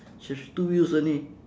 she has two wheels only